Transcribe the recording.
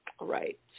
right